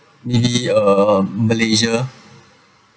maybe uh malaysia